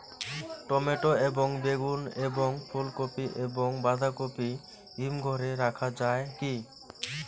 Tomato এবং বেগুন এবং ফুলকপি এবং বাঁধাকপি হিমঘরে রাখা যায় কি?